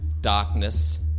darkness